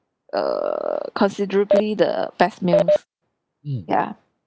err considerably the best meal ya